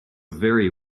very